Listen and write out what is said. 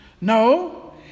No